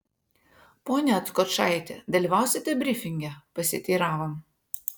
pone atkočaiti dalyvausite brifinge pasiteiravom